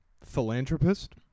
philanthropist